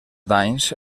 danys